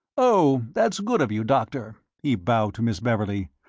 oh, that's good of you, doctor. he bowed to miss beverley.